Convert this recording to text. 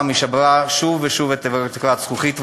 ושברה שוב ושוב את תקרת הזכוכית,